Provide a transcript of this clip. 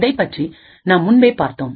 இதைப் பற்றி நாம் முன்பே பார்த்தோம்